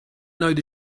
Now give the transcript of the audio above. know